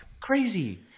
crazy